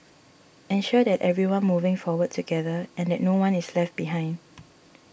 ensure that everyone moving forward together and that no one is left behind